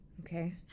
Okay